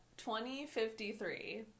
2053